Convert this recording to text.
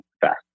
fast